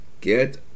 get